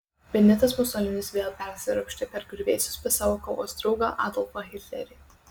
benitas musolinis vėl persiropštė per griuvėsius pas savo kovos draugą adolfą hitlerį